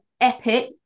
epic